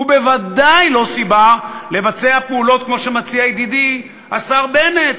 ובוודאי לא סיבה לבצע פעולות כמו שמציע ידידי השר בנט,